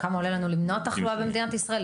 כמה עולה לנו למנוע תחלואה במדינת ישראל?